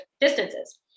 distances